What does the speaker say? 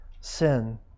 sin